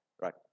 Right